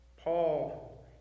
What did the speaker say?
Paul